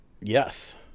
yes